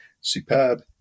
superb